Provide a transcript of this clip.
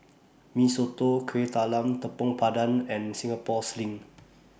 Mee Soto Kuih Talam Tepong Pandan and Singapore Sling